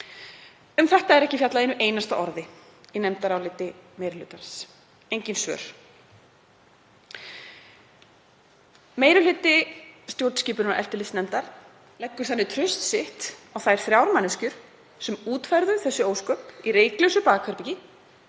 Um þetta er ekki fjallað einu einasta orði í nefndaráliti meiri hlutans. Engin svör. Meiri hluti stjórnskipunar- og eftirlitsnefndar leggur þannig traust sitt á þær þrjár manneskjur sem útfærðu þessi ósköp í reyklausu bakherbergi